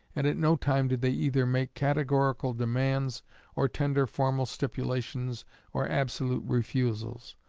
and at no time did they either make categorical demands or tender formal stipulations or absolute refusals.